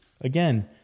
Again